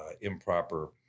improper